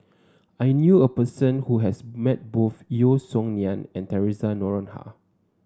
I knew a person who has met both Yeo Song Nian and Theresa Noronha